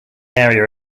area